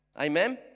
Amen